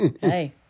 Hey